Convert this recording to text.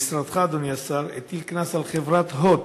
משרדך, אדוני השר, הטיל קנס על חברת "הוט"